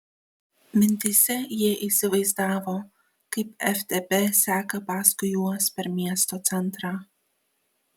mintyse ji įsivaizdavo kaip ftb seka paskui juos per miesto centrą